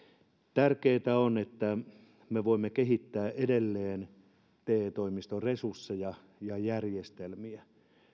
tärkeätä on että me voimme kehittää edelleen te toimistojen resursseja ja järjestelmiä